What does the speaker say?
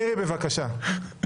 מירי, בבקשה.